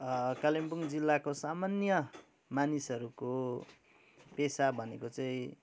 कालेम्पुङ्ग जिल्लाको सामान्य मानिसहरूको पेसा भनेको चाहिँ